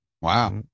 wow